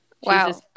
Wow